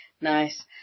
Nice